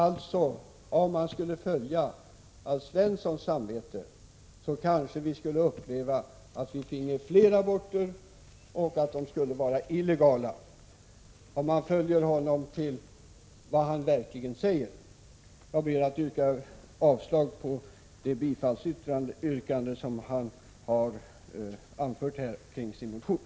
Alltså: Om man skulle gå efter Alf Svenssons samvete och följa det han verkligen säger, kanske vi skulle få uppleva att det blev fler aborter, och de skulle vara illegala. Jag ber att få yrka avslag på Alf Svenssons motion.